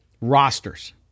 rosters